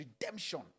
redemption